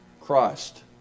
Christ